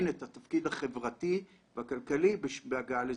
את התפקיד החברתי והכלכלי בהגעה לזקנה.